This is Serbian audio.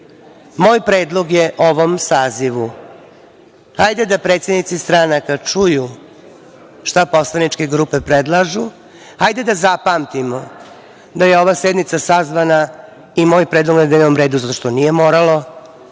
predlog je ovom sazivu – hajde, da predsednici stranaka čuju šta poslaničke grupe predlažu. Hajde da zapamtimo da je ova sednica sazvana i moj predlog na dnevnom redu, zato što nije moralo